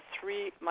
three